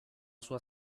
sua